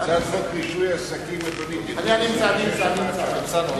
היא הצעתה של ועדת הפנים של הכנסת.